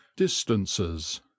Distances